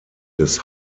des